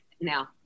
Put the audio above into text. now